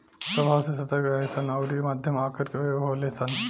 स्वभाव से सतर्क रहेले सन अउरी मध्यम आकर के होले सन